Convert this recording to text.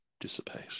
dissipate